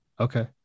Okay